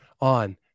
on